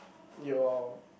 your